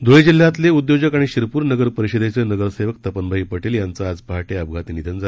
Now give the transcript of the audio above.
धुळे जिल्ह्यातले उद्योजक आणि शिरपूर नगर परिषदेचे नगरसेवक तपनभाई पटेल यांचं आज पहाटे अपघाती निधन झालं